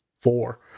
four